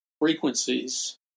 frequencies